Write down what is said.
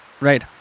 Right